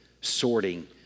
sorting